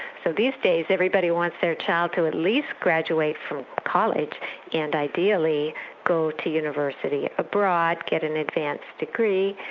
so these days everybody wants their child to at least graduate from college and ideally go to university abroad, get an advanced degree.